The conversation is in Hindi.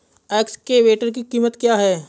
एक्सकेवेटर की कीमत क्या है?